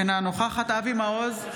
אינה נוכחת אבי מעוז,